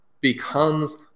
becomes